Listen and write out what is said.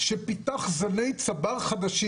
שפיתח זני צבר חדשים,